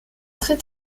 très